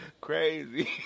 Crazy